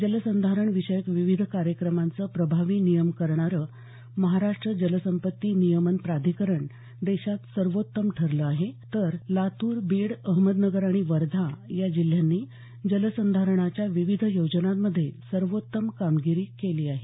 जलसंधारण विषयक विविध कार्यक्रमांचं प्रभावी नियमन करणारं महाराष्ट जलसंपत्ती नियमन प्राधिकरण देशात सर्वोत्तम ठरलं आहे तर लातूर बीड अहमदनगर आणि वर्धा या जिल्ह्यांनी जलसंधारणाच्या विविध योजनांमध्ये सर्वोत्तम कामगिरी केली आहे